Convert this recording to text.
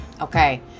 okay